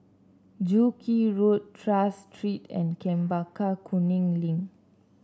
Joo Kee Road Tras Street and Chempaka Kuning Link